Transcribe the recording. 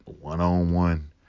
one-on-one